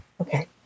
Okay